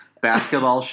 basketball